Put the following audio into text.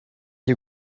you